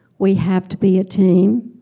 we have to be a team.